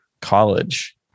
college